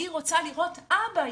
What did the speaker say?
היא רוצה לראות אבא.